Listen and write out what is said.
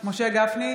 משה גפני,